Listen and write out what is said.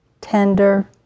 tender